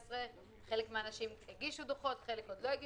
כך אתם נכנסים לעולמות שאתם לא רוצים